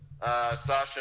Sasha